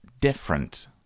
different